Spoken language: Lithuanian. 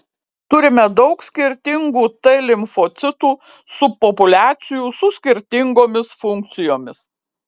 turime daug skirtingų t limfocitų subpopuliacijų su skirtingomis funkcijomis